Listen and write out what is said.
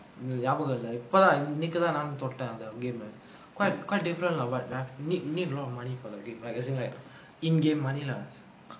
ஞாபகம் இல்ல இப்பதா இன்னைக்கிதா நானும் தொட்ட அந்த:nabagam illa ippathaa innaikkithaa naanum thotta antha game ah quite quite different lah but need need a lot of money for the game right as in like in game money lah